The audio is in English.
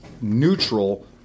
neutral